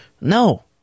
no